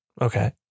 Okay